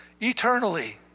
eternally